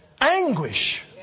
anguish